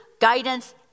guidance